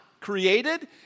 Created